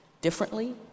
differently